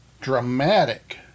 dramatic